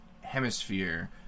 hemisphere